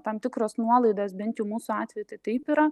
tam tikros nuolaidos bent jau mūsų atveju tai taip yra